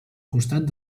costat